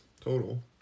total